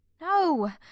No